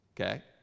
okay